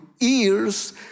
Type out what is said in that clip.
ears